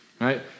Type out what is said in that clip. right